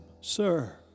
Sir